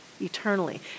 eternally